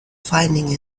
finding